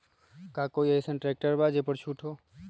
का कोइ अईसन ट्रैक्टर बा जे पर छूट हो?